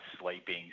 sleeping